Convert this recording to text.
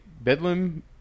Bedlam